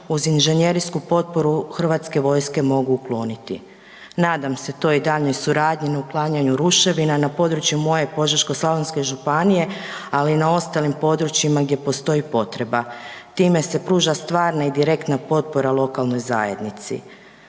uz inžinjerinsku potporu Hrvatske vojske mogu ukloniti. Nadam se toj daljnoj suradnji na uklanjanju ruševina na području moje Požeško-slavonske županije, ali i na ostalim područjima gdje postoji potreba. Time se pruža stvarna i direktna potpora lokalnoj zajednici.